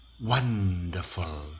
Wonderful